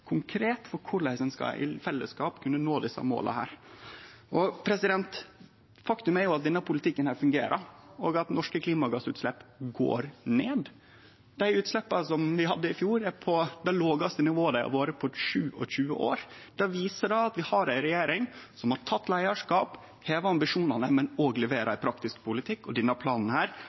for korleis ein i fellesskap skal kunne nå desse måla. Faktum er at denne politikken fungerer, og at norske klimagassutslepp går ned. Dei utsleppa som vi hadde i fjor, er på det lågaste nivået på 27 år. Det viser at vi har ei regjering som har teke leiarskap, som har heva ambisjonane, men som òg leverer praktisk politikk. Denne planen